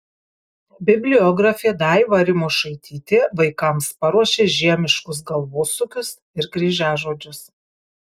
bibliografė daiva rimošaitytė vaikams paruošė žiemiškus galvosūkius ir kryžiažodžius